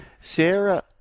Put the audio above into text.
Sarah